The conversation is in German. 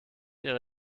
ihre